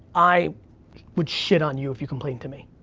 i would shit on you if you complained to me.